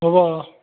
হ'ব অ'